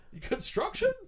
Construction